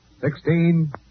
Sixteen